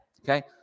okay